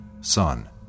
son